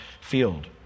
field